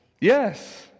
Yes